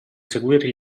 seguire